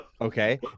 okay